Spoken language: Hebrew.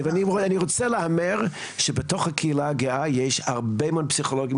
אני רוצה להמר שבתוך הקהילה הגאה יש הרבה מאוד פסיכולוגים